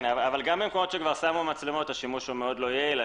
גם במקומות ששמו מצלמות השימוש מאוד לא יעיל.